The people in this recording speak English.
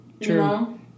True